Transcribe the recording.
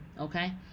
Okay